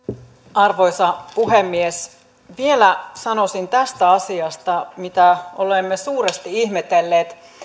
arvoisa puhemies vielä sanoisin tästä asiasta mitä olemme suuresti ihmetelleet